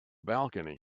balcony